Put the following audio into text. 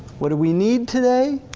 what do we need today?